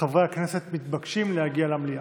חברי הכנסת מתבקשים להגיע למליאה.